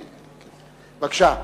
בבקשה.